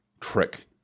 trick